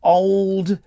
old